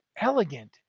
elegant